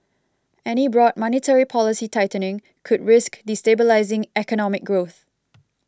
any broad monetary policy tightening could risk destabilising economic growth